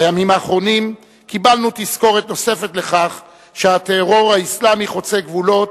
בימים האחרונים קיבלנו תזכורת נוספת לכך שהטרור האסלאמי חוצה גבולות,